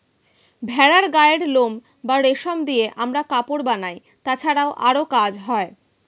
ভেড়ার গায়ের লোম বা রেশম দিয়ে আমরা কাপড় বানাই, তাছাড়াও আরো কাজ হয়